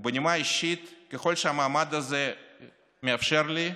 ובנימה אישית, ככל שהמעמד הזה מאפשר לי,